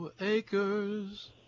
acres